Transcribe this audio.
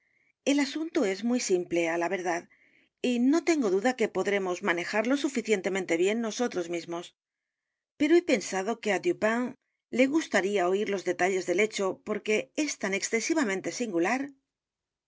el asunto es muy simple á la verdad y no tengo duda que p o d r e mos manejarlo suficientemente bien nosotros mismos pero he pensado que á dupin le gustaría oir los detalles del hecho porque es tan excesivamente singular la